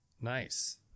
Nice